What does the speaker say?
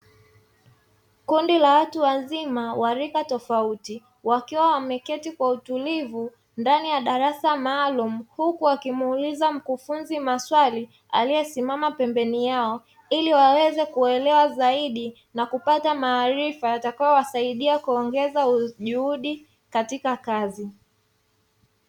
Kundi la watu wazima wa rika tofauti wakiwa wameketi kwa utulivu ndani ya darasa maalumu, huku akimuuliza mkufunzi maswali aliyesimama pembeni yao ili waweze kuelewa zaidi na kupata maarifa yatakayowasaidia kuongeza juhudi katika kazi.